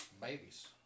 babies